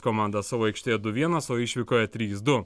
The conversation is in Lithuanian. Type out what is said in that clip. komandą savo aikštėje du vienas o išvykoje trys du